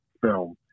film